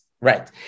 right